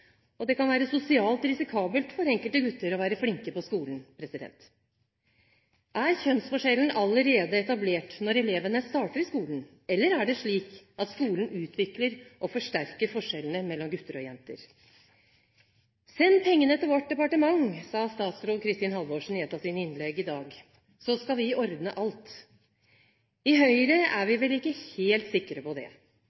og utdanningsorientert. Det kan være sosialt risikabelt for enkelte gutter å være flinke på skolen. Er kjønnsforskjellen allerede etablert når elevene starter i skolen, eller er det slik at skolen utvikler og forsterker forskjellene mellom gutter og jenter? Send pengene til vårt departement, så skal vi ordne alt, sa statsråd Kristin Halvorsen i et av sine innlegg i dag. I Høyre er vi vel ikke helt sikre på det. Men vi